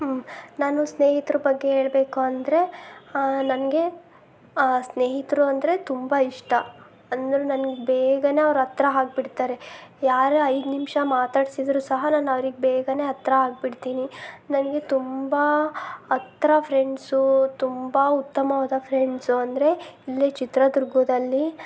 ನಾನು ಸ್ನೇಹಿತ್ರ ಬಗ್ಗೆ ಹೇಳಬೇಕು ಅಂದರೆ ನನಗೆ ಸ್ನೇಹಿತರು ಅಂದರೆ ತುಂಬ ಇಷ್ಟ ಅಂದರು ನನ್ಗೆ ಬೇಗನೇ ಅವ್ರು ಹತ್ತಿರ ಆಗ್ ಬಿಡ್ತಾರೆ ಯಾರೇ ಐದು ನಿಮಿಷ ಮಾತಾಡ್ಸಿದ್ರೂ ಸಹ ನಾನು ಅವ್ರಿಗೆ ಬೇಗನೇ ಹತ್ತಿರ ಆಗಿಬಿಡ್ತೀನಿ ನನಗೆ ತುಂಬ ಹತ್ರ ಫ್ರೆಂಡ್ಸು ತುಂಬ ಉತ್ತಮವಾದ ಫ್ರೆಂಡ್ಸು ಅಂದರೆ ಇಲ್ಲೇ ಚಿತ್ರದುರ್ಗದಲ್ಲಿ